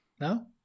No